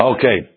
Okay